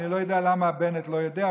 אני לא יודע למה בנט לא יודע,